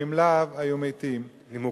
ואם לאו, היו נמוגים.